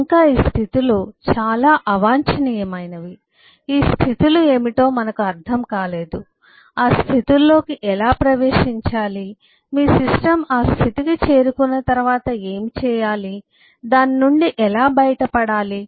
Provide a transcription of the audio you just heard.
ఇంకా ఈ స్థితులు చాలా అవాంఛనీయమైనవి ఈ స్థితులు ఏమిటో మనకు అర్థం కాలేదు ఆ స్థితుల్లోకి ఎలా ప్రవేశించాలి మీ సిస్టమ్ ఆ స్థితికి చేరుకున్న తర్వాత ఏమి చేయాలి దాని నుండి ఎలా బయటపడాలి